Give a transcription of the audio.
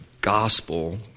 gospel